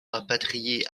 rapatrié